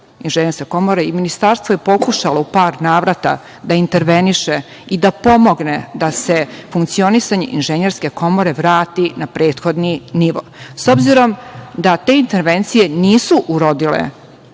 Ministarstvo je pokušalo u par navrata da interveniše i da pomogne da se funkcionisanje Inženjerske komore vrati na prethodni nivo.S obzirom da te intervencije nisu urodile